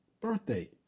Birthday